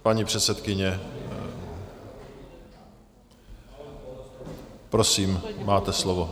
Paní předsedkyně, prosím, máte slovo.